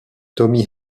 tommy